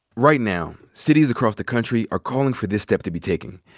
right now cities across the country are calling for this step to be taken.